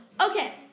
Okay